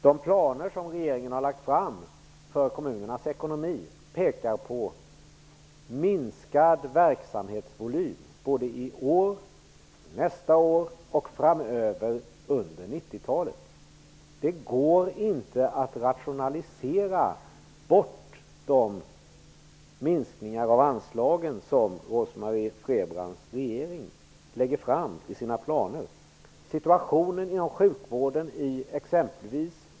De planer som regeringen har lagt fram för kommunernas ekonomi pekar på minskad verksamhetsvolym för såväl detta år som nästa år och framöver under 1990-talet. Det går inte att rationalisera bort de minskningar av anslagen som Rose-Marie Frebrans regering lägger fram med sina planer.